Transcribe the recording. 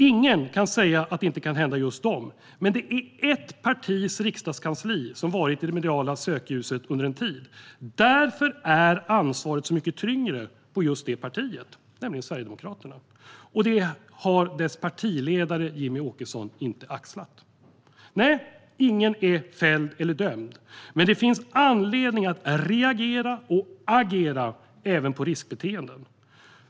Ingen kan säga att det inte kan hända just dem, men det är ett partis riksdagskansli som varit i det mediala sökljuset under en tid. Därför är ansvaret så mycket tyngre på just det partiet - Sverigedemokraterna - och det har dess partiledare Jimmie Åkesson inte axlat. Nej, ingen är fälld eller dömd. Men det finns anledning att reagera och agera även på riskbeteenden.